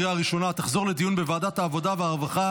לוועדת העבודה והרווחה